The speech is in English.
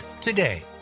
today